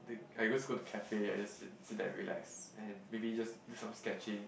w~ I always go to cafe I just sit sit there and relax and maybe just do some sketching